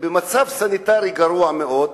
במצב סניטרי ממש גרוע מאוד,